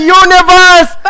universe